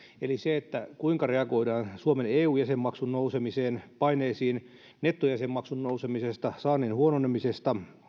kuinka reagoidaan suomen eu jäsenmaksun nousemisen paineisiin nettojäsenmaksun nousemiseen saannin huononemiseen